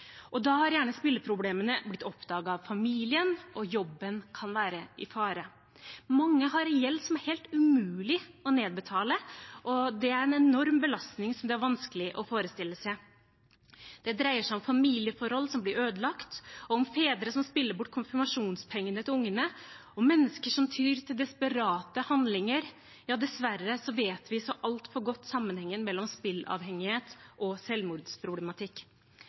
Da har gjerne spilleproblemene blitt oppdaget av familien, og jobben kan være i fare. Mange har en gjeld som er helt umulig å nedbetale, og det er en enorm belastning som det er vanskelig å forestille seg. Det dreier seg om familieforhold som blir ødelagt, fedre som spiller bort konfirmasjonspengene til ungene, og mennesker som tyr til desperate handlinger. Dessverre vet vi så altfor godt sammenhengen mellom spilleavhengighet og selvmordsproblematikk.